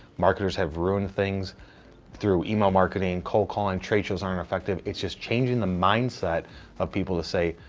marketers have ruined things through email marketing, cold calling, trade shows aren't effective. it's just changing the mindset of people to say,